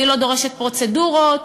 היא לא דורשת פרוצדורות,